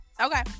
Okay